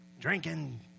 drinking